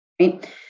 right